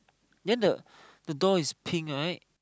then the the door is pink right